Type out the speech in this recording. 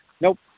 nope